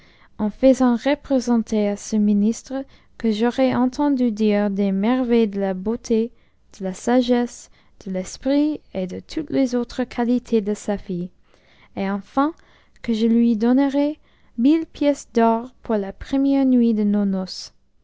en taisant représenter à ce ministre que j'aurai entendu dire des merveilles de la beauté de la sagesse de l'esprit et de toutes les autres qualités de sa fille et enfin que je lui donnerai mille pièces d'or pour la première nuit de nos